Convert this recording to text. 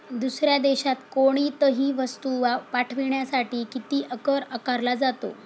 दुसऱ्या देशात कोणीतही वस्तू पाठविण्यासाठी किती कर आकारला जातो?